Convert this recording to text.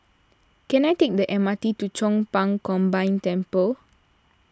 can I take the M R T to Chong Pang Combined Temple